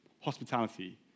Hospitality